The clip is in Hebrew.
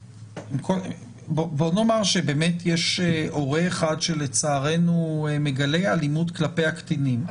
בואו נאמר שבאמת יש הורה אחד שלצערנו מגלה אלימות כלפי הקטינים,